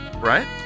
Right